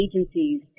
agencies